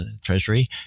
Treasury